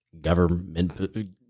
government